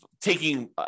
taking